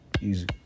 easy